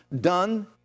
done